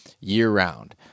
year-round